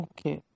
Okay